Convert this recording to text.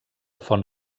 font